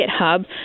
GitHub